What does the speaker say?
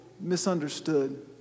misunderstood